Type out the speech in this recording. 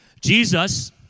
Jesus